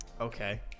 Okay